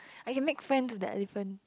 I can make friend to the elephant